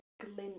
glint